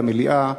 במליאה,